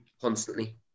constantly